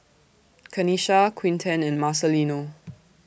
Kanisha Quinten and Marcelino